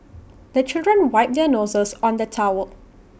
the children wipe their noses on the towel